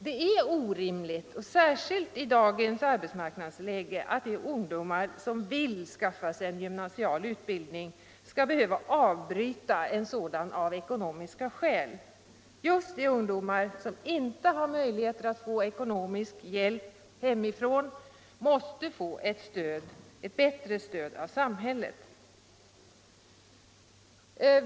Det är orimligt, särskilt i dagens arbetsmarknadsläge, att de ungdomar som vill skaffa sig en gymnasial utbildning skall behöva avbryta en sådan av ekonomiska skäl. Just de ungdomar som inte har möjlighet att få ekonomisk hjälp hemifrån måste få ett bättre stöd av samhället.